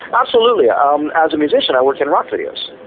absolutely, um as a musician i worked in rock videos,